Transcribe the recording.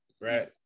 Right